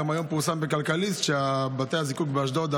היום גם פורסם בכלכליסט שבתי הזיקוק באשדוד,